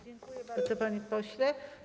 Dziękuję bardzo, panie pośle.